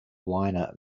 liner